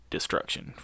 destruction